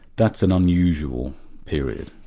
that's an unusual period.